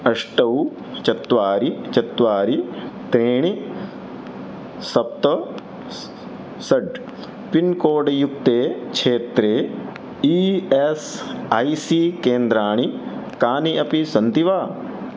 अष्टौ चत्वारि चत्वारि त्रीणि सप्त स् षट् पिन्कोड् युक्ते क्षेत्रे ई एस् ऐ सी केन्द्राणि कानि अपि सन्ति वा